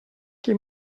qui